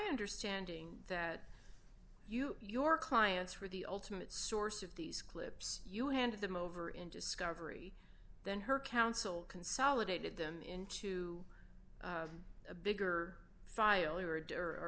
understanding that you your clients were the ultimate source of these clips you handed them over in discovery then her counsel consolidated them into a bigger